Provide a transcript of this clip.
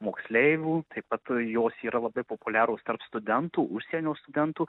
moksleivių taip pat jos yra labai populiarūs tarp studentų užsienio studentų